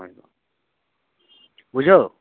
ᱵᱩᱡᱷᱟᱹᱣ